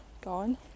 gone